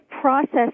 process